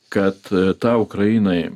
kad ta ukrainai